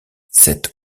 cette